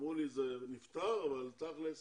אמרו לי שזה נפתר, אבל תכלס